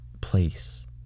place